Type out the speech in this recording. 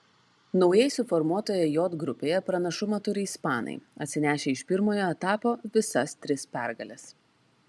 naujai suformuotoje j grupėje pranašumą turi ispanai atsinešę iš pirmojo etapo visas tris pergales